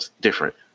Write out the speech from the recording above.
different